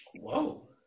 Whoa